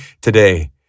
today